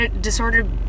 disordered